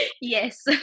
yes